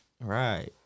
right